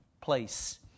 place